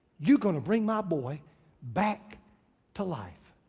you're gonna bring my boy back to life.